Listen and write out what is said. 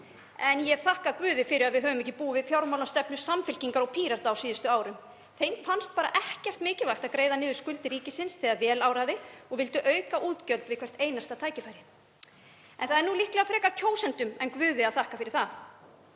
En ég þakka guði fyrir að við höfum ekki búið við fjármálastefnu Samfylkingar og Pírata á síðustu árum. Þeim fannst bara ekkert mikilvægt að greiða niður skuldir ríkisins þegar vel áraði og vildu aukaútgjöld við hvert einasta tækifæri. En það er líklega frekar kjósendum en guði að þakka fyrir það.